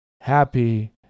happy